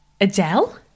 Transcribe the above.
adele